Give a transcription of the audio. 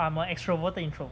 I'm a extroverted introvert